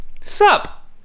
sup